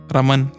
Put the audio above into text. Raman